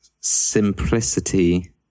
simplicity